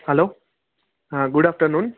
hello હા good afternoon